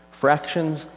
Fractions